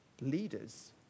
leaders